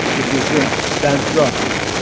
if you drink, don't drive.